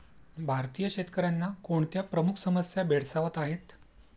भारतीय शेतकऱ्यांना कोणत्या प्रमुख समस्या भेडसावत आहेत?